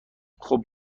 خوب